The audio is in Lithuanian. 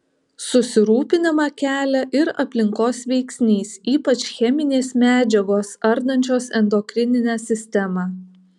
susirūpinimą kelia ir aplinkos veiksnys ypač cheminės medžiagos ardančios endokrininę sistemą